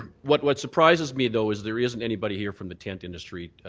what what surprises me though is there isn't anybody here from the tent industry,